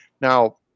Now